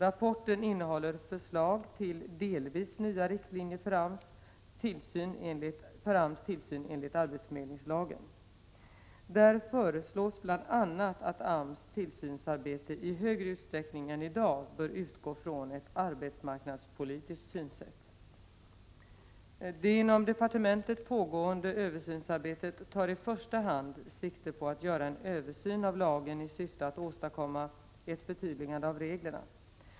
Rapporten innehåller förslag till delvis nya riktlinjer för AMS tillsyn enligt arbetsförmedlingslagen. Där föreslås bl.a. att AMS tillsynsarbete i större utsträckning än i dag bör utgå från ett arbetsmarknadspolitiskt synsätt. Det inom departementet pågående översynsarbetet tar i första hand sikte på att göra en översyn av lagen i syfte att åstadkomma ett förtydligande av reglerna.